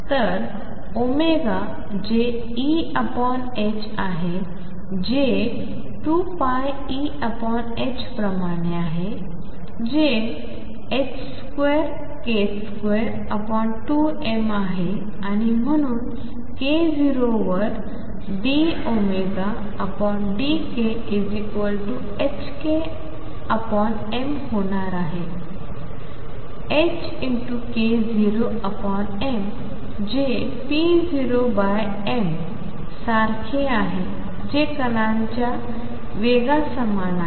तर जे E आहे जे 2πEh प्रमाणे आहे जे 2k22m आहे आणि म्हणून k0 वर dωdk ℏkm होणार आहे k0m जे p0mसारखे आहे जे कणांच्या वेगा समान आहे